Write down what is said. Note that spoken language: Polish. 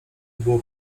było